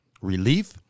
Relief